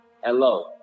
Hello